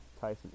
Tyson